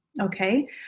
Okay